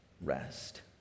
rest